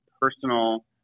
personal